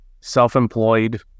self-employed